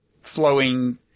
flowing